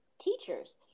teachers